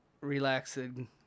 relaxing